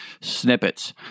Snippets